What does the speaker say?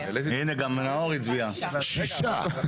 שישה.